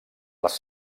les